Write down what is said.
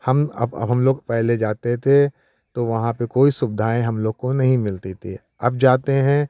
हम अब हम लोग पहले जाते थे तो वहाँ पे कोई सुविधाएं हम लोग को नहीं मिलती थी अब हम जाते हैं